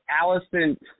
Allison